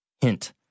Hint